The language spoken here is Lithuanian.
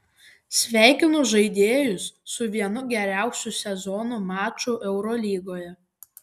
sveikinu žaidėjus su vienu geriausių sezono mačų eurolygoje